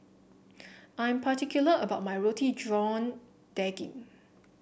I'm particular about my Roti John Daging